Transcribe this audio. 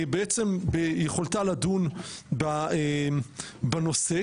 בעצם יכולתה לדון בנושא,